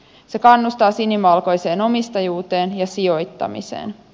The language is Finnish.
se kannustaa sinivalkoiseen omistajuuteen ja sijoittamiseen